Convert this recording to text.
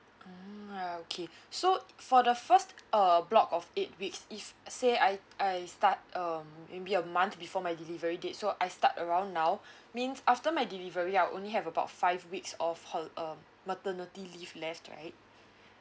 a'ah okay so for the first uh block of eight weeks if say I I start um maybe a month before my delivery date so I start around now means after my delivery I will only have about five weeks of ho~ um maternity leave left right